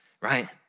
right